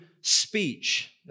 speech